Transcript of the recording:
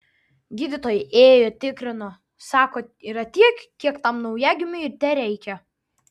gydytojai ėjo tikrino sako yra tiek kiek tam naujagimiui tereikia